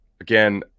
Again